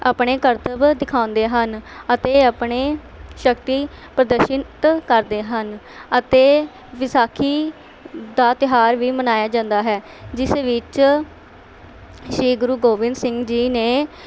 ਆਪਣੇ ਕਰਤੱਵ ਦਿਖਾਉਂਦੇ ਹਨ ਅਤੇ ਆਪਣੇ ਸ਼ਕਤੀ ਪ੍ਰਦਰਸ਼ਿਤ ਕਰਦੇ ਹਨ ਅਤੇ ਵਿਸਾਖੀ ਦਾ ਤਿਉਹਾਰ ਵੀ ਮਨਾਇਆ ਜਾਂਦਾ ਹੈ ਜਿਸ ਵਿੱਚ ਸ਼੍ਰੀ ਗੁਰੂ ਗੋਬਿੰਦ ਸਿੰਘ ਜੀ ਨੇ